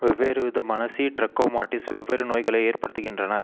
வெவ்வேறு விதமான C trachomatis வெவ்வேறு நோய்களை ஏற்படுத்துகின்றன